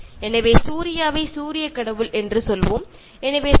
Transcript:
ഉദാഹരണത്തിന് സൂര്യ എന്ന പേര് സൂര്യനോട് ചേർത്തു വയ്ക്കാം